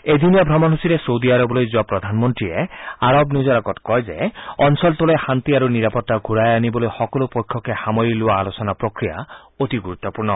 এদিনীয়া ভ্ৰমণসূচীৰে চৌদি আৰৱলৈ যোৱা প্ৰধানমন্ত্ৰীয়ে আৰৱ নিউজৰ আগত কয় যে অঞ্চলটোলৈ শান্তি আৰু নিৰাপত্তা ঘূৰাই আনিবলৈ সকলো পক্ষকে সামৰি লোৱা আলোচনা প্ৰক্ৰিয়া অতি গুৰুত্পূৰ্ণ